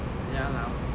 ya lah